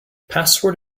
password